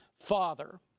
Father